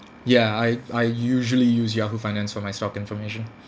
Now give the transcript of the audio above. ya I I usually use Yahoo finance for my stock information